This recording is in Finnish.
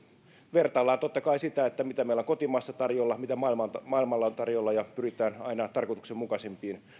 vertaillaan totta kai mitä meillä on kotimaassa tarjolla ja mitä maailmalla on tarjolla ja pyritään aina tarkoituksenmukaisimpiin